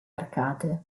arcate